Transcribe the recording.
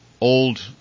old